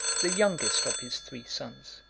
the youngest of his three sons.